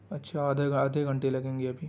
اچھا آدھے آدھے گھنٹے لگیں گے ابھی